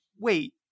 Wait